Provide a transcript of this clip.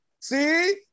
see